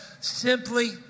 simply